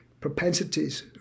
propensities